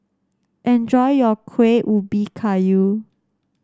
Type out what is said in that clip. enjoy your Kueh Ubi Kayu